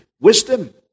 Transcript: Wisdom